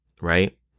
right